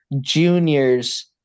juniors